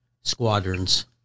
squadrons